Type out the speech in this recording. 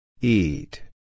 Eat